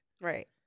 Right